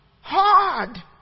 hard